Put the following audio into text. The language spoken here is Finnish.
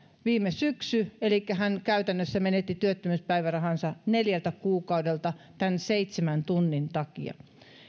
viime syksy elikkä hän käytännössä menetti työttömyyspäivärahansa neljältä kuukaudelta tämän seitsemän tunnin takia